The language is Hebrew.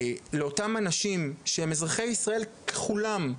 לאותם אנשים שהם אזרחי ישראל ככולם,